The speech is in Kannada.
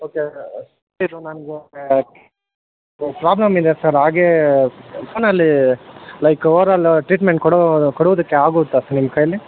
ಓಕೆ ಇದು ನನಗೆ ಪ್ರಾಬ್ಲಮ್ ಇದೆ ಸರ್ ಹಾಗೆ ಫೋನಲ್ಲಿ ಲೈಕ್ ಓವರ್ ಆಲ್ ಟ್ರೀಟ್ಮೆಂಟ್ ಕೊಡೋ ಕೊಡುವುದಕ್ಕೆ ಆಗುತ್ತಾ ನಿಮ್ಮ ಕೈಲಿ